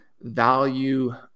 value